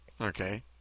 Okay